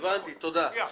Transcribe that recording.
הבנתי, תודה.